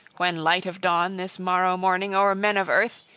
when light of dawn this morrow morning o'er men of earth,